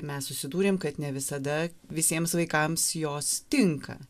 mes susidūrėm kad ne visada visiems vaikams jos tinka